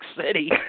City